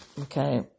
Okay